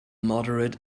moderate